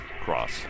Cross